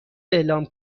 اعلام